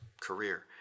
career